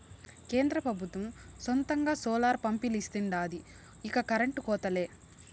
కేంద్ర పెబుత్వం సొంతంగా సోలార్ పంపిలిస్తాండాది ఇక కరెంటు కోతలే